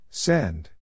Send